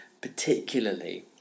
Particularly